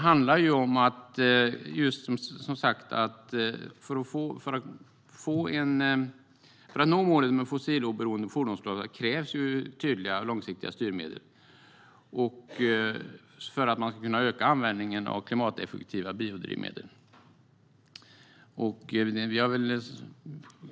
För att nå målet om en fossiloberoende fordonsflotta krävs tydliga och långsiktiga styrmedel för att man ska kunna öka användningen av klimateffektiva biodrivmedel.